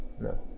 No